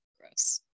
Gross